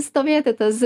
stovėti tas